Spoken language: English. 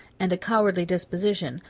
and a cowardly disposition,